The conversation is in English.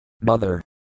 mother